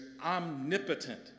omnipotent